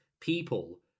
people